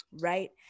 right